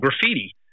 graffiti